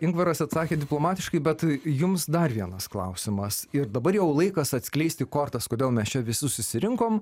ingvaras atsakė diplomatiškai bet jums dar vienas klausimas ir dabar jau laikas atskleisti kortas kodėl mes čia visi susirinkom